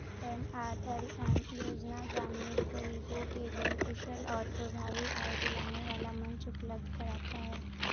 NRLM योजना ग्रामीण गरीबों के लिए कुशल और प्रभावी आय दिलाने वाला मंच उपलब्ध कराता है